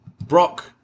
Brock